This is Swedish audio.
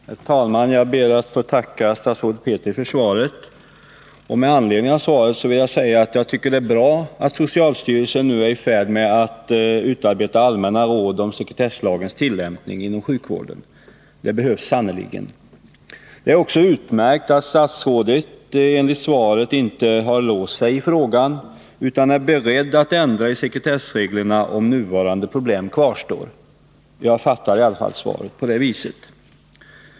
Herr talman! Jag ber att få tacka statsrådet Petri för svaret. Det är bra att socialstyrelsen nu är i färd med att utarbeta allmänna råd för sekretesslagens tillämpning inom sjukvården. Sådana behövs sannerligen. Det är också utmärkt att statsrådet, enligt svaret, inte har låst sig i frågan utan är beredd att ändra i sekretessreglerna, om nuvarande problem kvarstår. Jag tolkar i alla fall svaret på det viset.